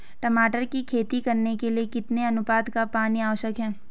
टमाटर की खेती करने के लिए कितने अनुपात का पानी आवश्यक है?